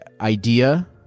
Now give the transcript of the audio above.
idea